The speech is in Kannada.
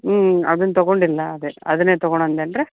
ಹ್ಞೂ ಅದನ್ನು ತೊಗೊಂಡಿಲ್ಲ ಅದೆ ಅದನ್ನೇ ತೊಗೋಣದು ಏನ್ರೀ